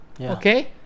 Okay